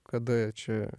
kada čia